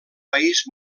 país